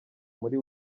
muri